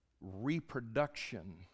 reproduction